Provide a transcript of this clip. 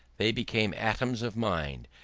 they became atoms of mind,